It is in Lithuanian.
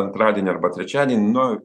antradienį arba trečiadienį nu